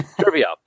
trivia